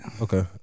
Okay